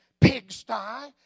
pigsty